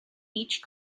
each